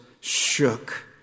shook